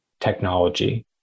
technology